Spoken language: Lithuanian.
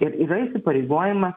ir yra įsipareigojimas